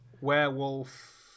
Werewolf